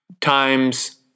times